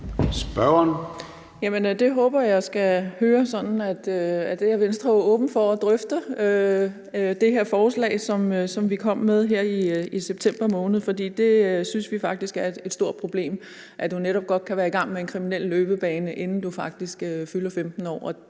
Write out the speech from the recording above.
håber jeg at jeg skal høre sådan, at Venstre er åben for at drøfte det her forslag, som vi kom med her i september måned. For vi synes faktisk, det er et stort problem, at du netop godt kan være i gang med en kriminel løbebane, inden du faktisk fylder 15 år,